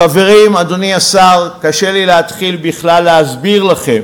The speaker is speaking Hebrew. חברים, אדוני השר, קשה לי להתחיל בכלל להסביר לכם